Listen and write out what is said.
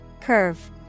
Curve